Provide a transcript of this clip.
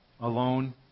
Alone